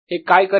हे काय करेल